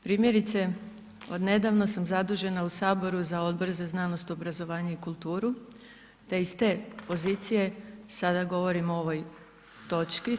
Primjerice, odnedavno sam zadužena u Saboru za Odbor za znanost, obrazovanje i kulturu, te iz te pozicije sada govorim o ovoj točki.